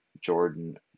Jordan